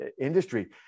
industry